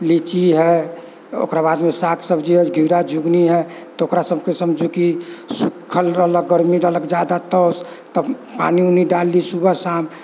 लीची है ओकरा बादमे शाक सब्जी घिउरा झुंगनी है तऽ ओकरा सभके समझु कि सुक्खल रहलक गर्मी रहलक जादा तऽ पानि उनि डाललीह सुबह शाम